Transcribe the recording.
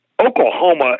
Oklahoma